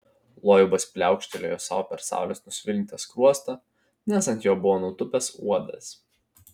loibas pliaukštelėjo sau per saulės nusvilintą skruostą nes ant jo buvo nutūpęs uodas